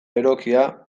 berokia